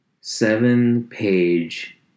seven-page